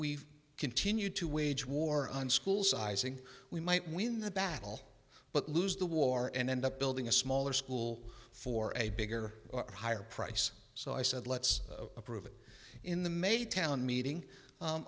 we continue to wage war on schools sizing we might win the battle but lose the war and end up building a smaller school for a bigger higher price so i said let's approve it in the may town meeting